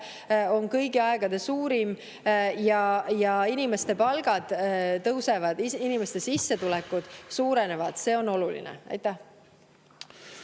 on kõigi aegade suurim ja inimeste palgad tõusevad. Inimeste sissetulekud suurenevad, see on oluline. Aitäh!